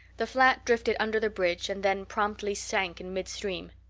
the flat drifted under the bridge and then promptly sank in midstream.